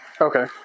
Okay